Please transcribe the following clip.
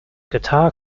guitar